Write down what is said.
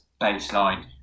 baseline